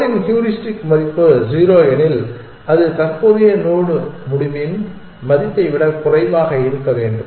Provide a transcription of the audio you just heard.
கோலின் heuristic மதிப்பு 0 எனில் அது தற்போதைய நோடு முடிவின் மதிப்பை விட குறைவாக இருக்க வேண்டும்